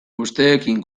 usteekin